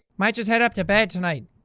might just head up to bed tonight.